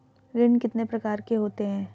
ऋण कितने प्रकार के होते हैं?